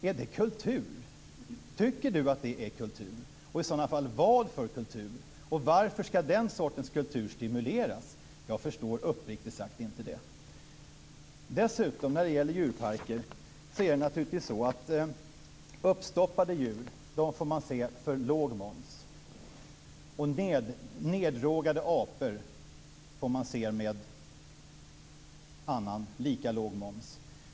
Är det kultur? Tycker Lena Sandlin-Hedman att det är kultur, och i sådana fall vad för kultur? Varför ska den sortens kultur stimuleras? Jag förstår uppriktigt sagt inte det. Uppstoppade djur får man se för låg moms. Neddrogade apor får man se för annan lika låg moms.